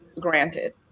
granted